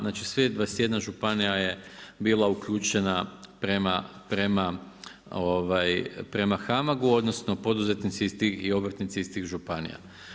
Znači svih 21 županija je bila uključena prema HAMAG-u, odnosno poduzetnici i obrtnica iz tih županija.